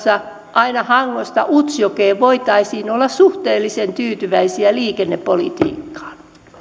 aina hangosta utsjoelle voitaisiin olla suhteellisen tyytyväisiä liikennepolitiikkaan